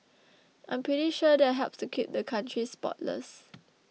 I'm pretty sure that helps to keep the country spotless